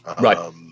Right